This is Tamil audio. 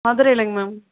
மதுரையிலங்க மேம்